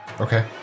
Okay